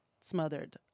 smothered